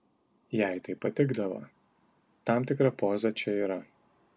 jai taip patikdavo tam tikra poza čia yra